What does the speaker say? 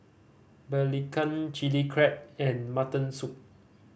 belacan Chili Crab and mutton soup